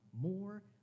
more